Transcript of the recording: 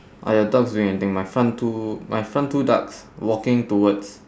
are your ducks doing anything my front two my front two ducks walking towards